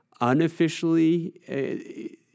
unofficially –